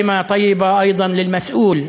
מילה טובה גם לממונה,